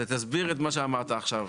תסביר את מה שאמרת עכשיו.